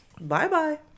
bye-bye